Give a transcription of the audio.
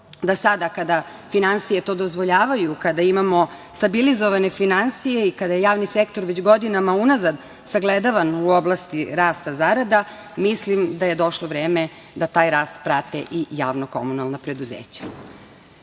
da sada, kada finansije to dozvoljavaju, kada imamo stabilizovane finansije i kada je javni sektor godinama unazad sagledavan u oblasti rasta zarada, mislim da je došlo vreme da taj rast prate i javno komunalna preduzeća. Da